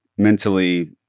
Mentally